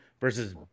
versus